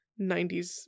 90s